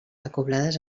acoblades